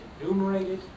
enumerated